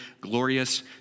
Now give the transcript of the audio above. glorious